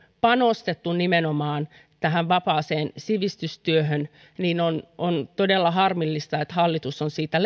panostettu nimenomaan tähän vapaaseen sivistystyöhön niin on on todella harmillista että hallitus on siitä